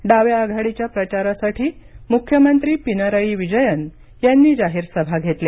डाव्या आघाडीच्या प्रचारासाठी मुख्यमंत्री पिनरई विजयन् यांनी जाहीर सभा घेतल्या